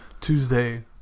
Tuesday